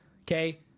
okay